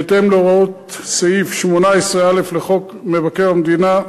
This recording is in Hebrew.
בהתאם להוראות סעיף 18(א) לחוק מבקר המדינה,